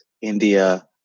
India